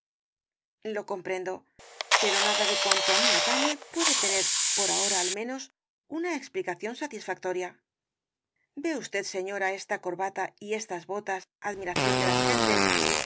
lo comprendo pero nada de cuanto á mí atañe puede tener por ahora al menos una explicación satisfactoria ve usted señora esta corbata y estas botas admiración de las gentes